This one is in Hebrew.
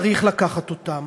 צריך לקחת אותם,